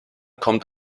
kommt